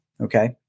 Okay